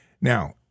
now